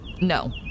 No